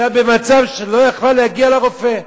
כי היתה במצב שלא יכלה להגיע לרופא.